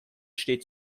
steht